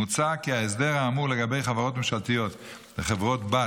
מוצע כי ההסדר האמור לגבי חברות ממשלתיות וחברות-בת